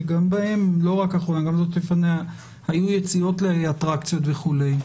שגם בהן היו יציאות לאטרקציות וכו',